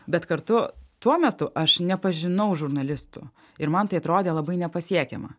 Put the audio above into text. bet kartu tuo metu aš nepažinau žurnalistų ir man tai atrodė labai nepasiekiama